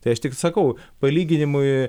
tai aš tik sakau palyginimui